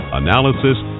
analysis